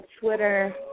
Twitter